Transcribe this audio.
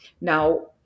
Now